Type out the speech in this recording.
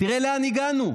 תראה לאן הגענו.